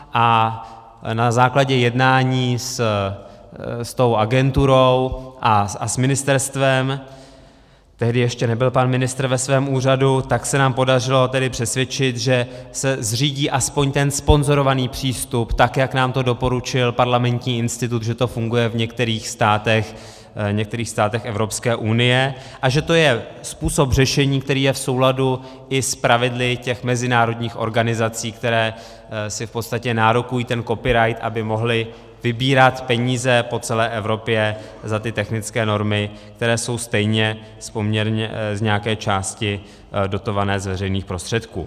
A na základě jednání s tou agenturou a s ministerstvem, tehdy ještě nebyl pan ministr ve svém úřadu, se nám podařilo přesvědčit, že se zřídí aspoň ten sponzorovaný přístup tak, jak nám to doporučil Parlamentní institut, že to funguje v některých státech Evropské unie a že to je způsob řešení, který je i v souladu s pravidly mezinárodních organizací, které si v podstatě nárokují ten copyright, aby mohly vybírat peníze po celé Evropě za ty technické normy, které jsou stejně z nějaké části dotované z veřejných prostředků.